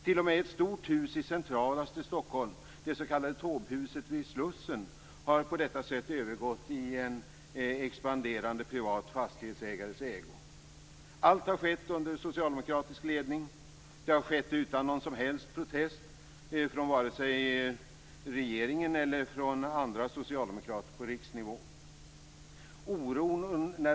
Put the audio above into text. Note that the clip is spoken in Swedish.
T.o.m. ett stort hus i centralaste Stockholm, det s.k. Taubehuset vid Slussen, har på detta sätt övergått i en expanderande privat fastighetsägares ägo. Allt har skett under socialdemokratisk ledning. Det har skett utan någon som helst protest från vare sig regeringen eller andra socialdemokrater på riksnivå.